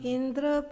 Indra